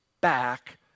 back